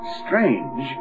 strange